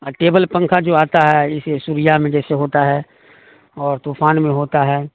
ا table پنکھا جو آتا ہے اسے سوڑیہ میں جیسے ہوتا ہے اور طوفان میں ہوتا ہے